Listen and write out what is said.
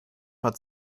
hat